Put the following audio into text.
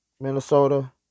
Minnesota